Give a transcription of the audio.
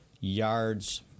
yards